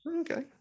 Okay